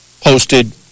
posted